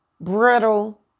brittle